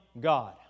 God